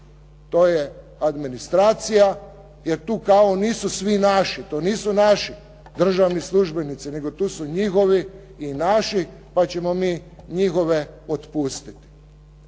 To je administracija jer tu kao nisu svi naši, tu nisu naši državni službenici nego tu su njihovi i naši pa ćemo mi njihove otpustiti.